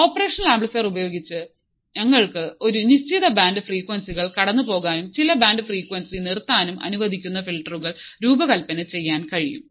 operational amplifier ഉപയോഗിച്ച് ഞങ്ങൾക്ക് ഒരു നിശ്ചിത ബാൻഡ് ഫ്രീക്വൻസികൾ കടന്നുപോകാനും ചില ബാൻഡ് ഫ്രീക്വൻസി നിർത്താനും അനുവദിക്കുന്ന ഫിൽട്ടറുകൾ രൂപകൽപ്പന ചെയ്യാൻ കഴിയും